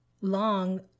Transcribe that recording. long